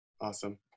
Awesome